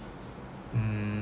um